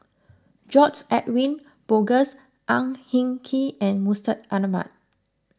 George Edwin Bogaars Ang Hin Kee and Mustaq Ahmad